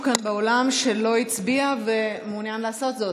כאן באולם שלא הצביע ומעוניין לעשות זאת?